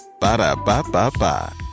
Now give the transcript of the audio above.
ba-da-ba-ba-ba